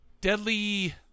deadly